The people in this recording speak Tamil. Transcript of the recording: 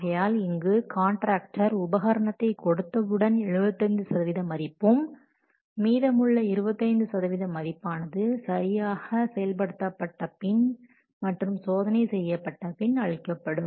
ஆகையால் இங்கு காண்ட்ராக்டர் உபகரணத்தை கொடுத்தவுடன் 75 சதவிகித மதிப்பும் மீதமுள்ள 25 சதவீத மதிப்பானது சரியாக செயல்படுத்தப்பட்ட பின் மற்றும் சோதனை செய்யப்பட்ட பின் அளிக்கப்படும்